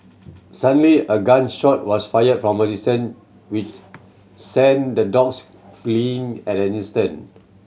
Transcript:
suddenly a gun shot was fired from a distance which sent the dogs fleeing at an instant